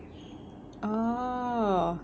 orh